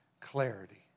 clarity